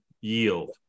yield